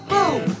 Boom